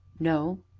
no,